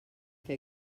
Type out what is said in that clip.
que